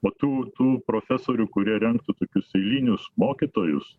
o tų tų profesorių kurie rengtų tokius eilinius mokytojus